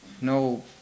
No